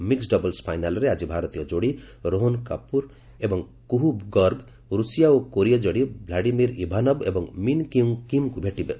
mixed doubles ଫାଇନାଲ୍ରେ ଆକି ଭାରତୀୟ ଯୋଡ଼ି ରୋହନ କପୁର ଏବଂ କୁହୁ ଗର୍ଗ ରୁଷିଆ ଓ କୋରିଆ ଯୋଡ଼ି ଭ୍ଲାଡିମିର୍ ଇଭାନଭ ଏବଂ ମିନ୍ କ୍ୟୁଙ୍ଗ୍ କିମ୍ଙ୍କୁ ଭେଟିବେ